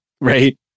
right